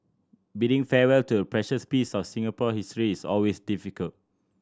bidding farewell to a precious piece of Singapore history is always difficult